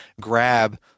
grab